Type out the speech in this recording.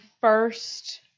first